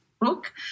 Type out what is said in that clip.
book